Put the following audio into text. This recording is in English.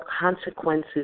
consequences